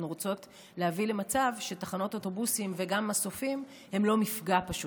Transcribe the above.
אנחנו רוצות להביא למצב שתחנות אוטובוסים וגם מסופים הם לא מפגע פשוט.